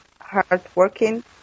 hardworking